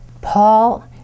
Paul